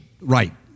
right